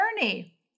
journey